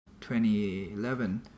2011